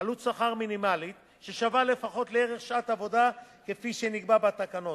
עלות שכר מינימלית ששווה לפחות לערך שעת עבודה כפי שנקבע בתקנות.